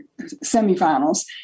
semifinals